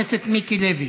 חבר הכנסת מיקי לוי.